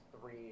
three